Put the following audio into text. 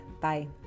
Bye